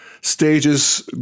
stages